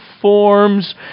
forms